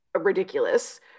ridiculous